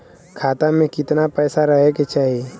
खाता में कितना पैसा रहे के चाही?